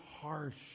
harsh